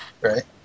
right